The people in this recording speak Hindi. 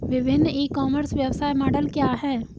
विभिन्न ई कॉमर्स व्यवसाय मॉडल क्या हैं?